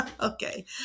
Okay